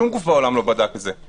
שום גוף בעולם לא בדק את זה.